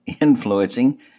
influencing